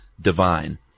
divine